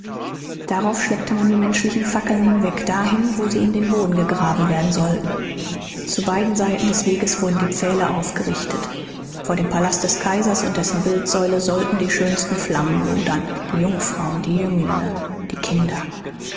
darauf schleppte man die menschlichen fackeln hinweg dahin wo sie in den boden gegraben werden sollten zu beiden seiten des weges wurden die pfähle aufgerichtet vor dem palast des kaisers und dessen bildsäule sollten die schönsten flammen lodern die jungfrauen die jünglinge die kinder